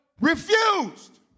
Refused